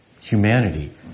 humanity